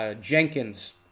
Jenkins